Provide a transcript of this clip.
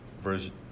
version